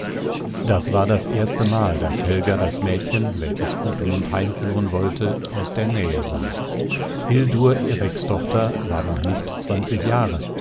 das war das erstemal daß helga das mädchen welches gudmund heimführen wollte aus der nähe sah hildur erikstochter war noch nicht zwanzig jahre